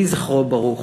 יהי זכרו ברוך.